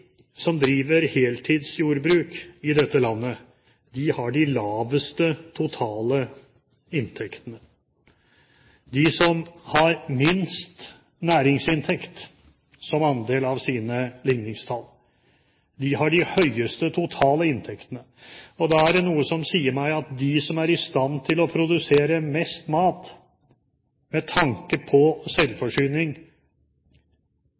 som driver heltidsjordbruk i dette landet, har de laveste totale inntektene. De som har minst næringsinntekt som andel av sine ligningstall, har de høyeste totale inntektene. Da er det noe som sier meg at de som er i stand til å produsere mest mat, med tanke på